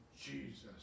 Jesus